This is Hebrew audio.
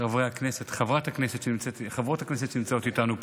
חברי הכנסת, חברות הכנסת שנמצאות איתנו פה,